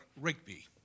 Rigby